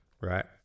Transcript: right